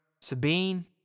Sabine